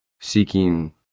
Seeking